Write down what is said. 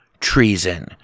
treason